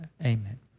Amen